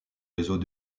réseau